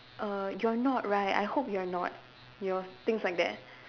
err you're not right I hope you're not you know things like that